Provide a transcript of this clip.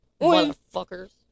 Motherfuckers